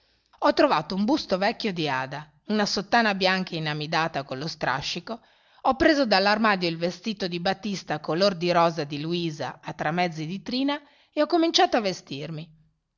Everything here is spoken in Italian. ho trovato un busto vecchio di ada una sottana bianca inamidata con lo strascico ho preso dall'armadio il vestito di batista color di rosa di luisa a tramezzi di trina e ho cominciato a vestirmi